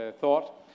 thought